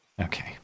okay